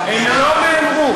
הן לא נאמרו.